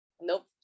nope